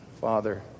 Father